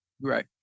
Right